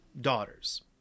daughters